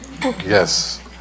Yes